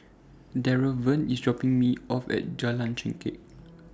Draven IS dropping Me off At Jalan Chengkek